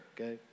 Okay